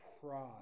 Pride